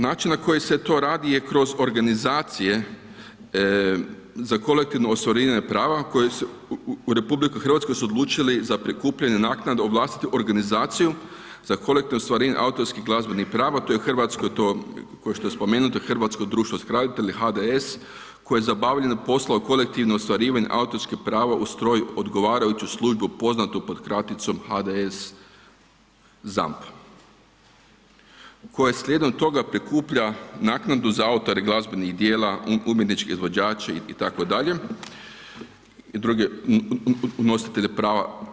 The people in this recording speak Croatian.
Način na koji se to radi je kroz organizacije za kolektivno ostvarivanje prava koje se u RH su odlučili za prikupljanje naknada u vlastitu organizaciju za kolektivno ostvarivanje autorskih glazbenih prava, to je hrvatsko to, kao što je spomenuto, Hrvatsko društvo skladatelja, HDS koji za obavljanje poslova kolektivno ostvarivanje autorskih prava ... odgovarajuću službu poznatu pod kraticom HDZ ZAMP, koje slijedom toga prikuplja naknadu za autore glazbenih djela, umjetnički izvođače, itd. i druge nositelje prava.